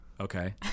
Okay